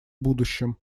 будущем